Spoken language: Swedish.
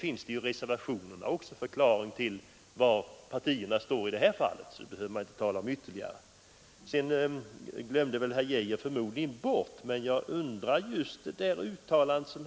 I reservationerna finns också förklaringar till var partierna står i det här fallet, så det behöver man inte tala om ytterligare. Sedan undrar jag över vad herr Geijer egentligen står.